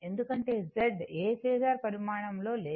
ఎందుకంటే Z ఏ phasor పరిమాణంలో లేదు